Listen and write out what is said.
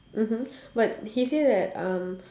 mmhmm but he say that um